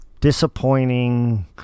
disappointing